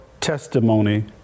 testimony